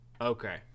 Okay